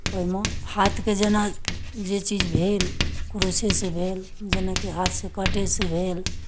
ओहिमे हाथके जेना जे चीज भेल क्रूसेसँ भेल जेनाकि हाथसँ काँटेसँ भेल